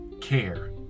care